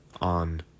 on